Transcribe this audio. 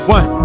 One